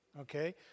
okay